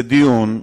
זה דיון,